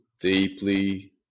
deeply